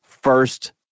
first